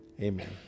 Amen